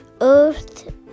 Earth